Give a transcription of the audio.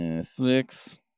six